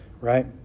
Right